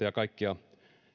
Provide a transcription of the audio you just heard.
ja kaikkia